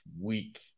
week